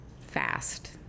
fast